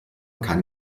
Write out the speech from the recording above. kein